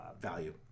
value